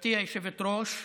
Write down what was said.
גברתי היושבת-ראש,